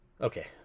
Okay